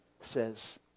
says